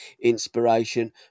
inspiration